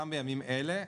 גם בימים אלה,